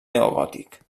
neogòtic